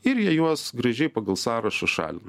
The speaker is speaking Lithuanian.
ir jie juos gražiai pagal sąrašą šalina